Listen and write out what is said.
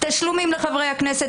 תשלומים לחברי הכנסת,